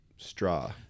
Straw